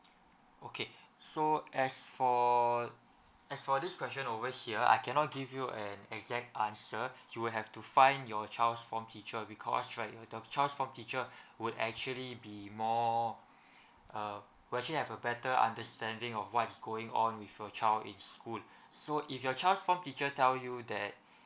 okay so as for as for this question over here I cannot give you an exact answer you will have to find your child's form teacher because right your the child's form teacher would actually be more uh would actually have a better understanding of what is going on with your child in school so if your child's form teacher tell you that